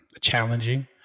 challenging